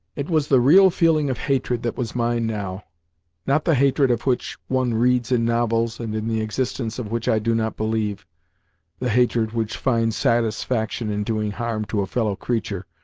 it was the real feeling of hatred that was mine now not the hatred of which one reads in novels, and in the existence of which i do not believe the hatred which finds satisfaction in doing harm to a fellow-creature,